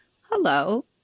hello